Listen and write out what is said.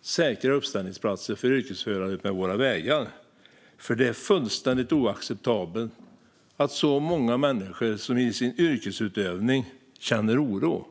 säkra uppställningsplatser för yrkesförare utmed våra vägar. Det är fullständigt oacceptabelt att så många människor i sin yrkesutövning känner oro.